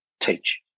teach